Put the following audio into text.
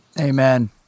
Amen